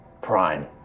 ...prime